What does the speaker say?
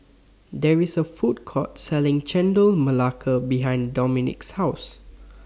There IS A Food Court Selling Chendol Melaka behind Dominick's House